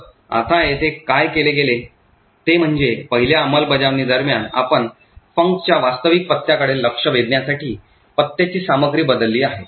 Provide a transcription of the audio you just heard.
तर आता येथे काय केले गेले आहे ते म्हणजे पहिल्या अंमलबजावणी दरम्यान आपण func च्या वास्तविक पत्त्याकडे लक्ष वेधण्यासाठी पत्त्याची सामग्री बदलली आहे